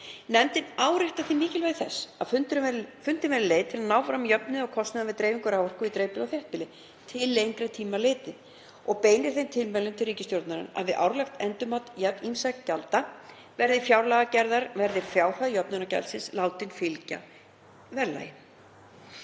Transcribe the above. Nefndin áréttar því mikilvægi þess að fundin verði leið til að ná fram jöfnun á kostnaði við dreifingu raforku í dreifbýli og þéttbýli til lengri tíma og beinir þeim tilmælum til ríkisstjórnarinnar að við árlegt endurmat ýmissa gjalda vegna fjárlagagerðar verði fjárhæð jöfnunargjalds látin fylgja verðlagi.